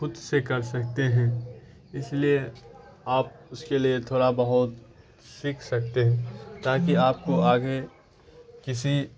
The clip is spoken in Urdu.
خود سے کر سکتے ہیں اس لیے آپ اس کے لیے تھوڑا بہت سیکھ سکتے ہیں تاکہ آپ کو آگے کسی